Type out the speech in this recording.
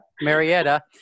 Marietta